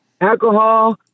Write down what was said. alcohol